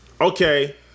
Okay